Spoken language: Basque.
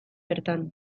bertan